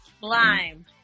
lime